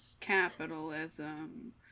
capitalism